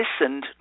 listened